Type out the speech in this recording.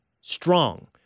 strong